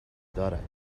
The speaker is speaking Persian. دارد